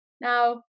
Now